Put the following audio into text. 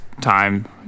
time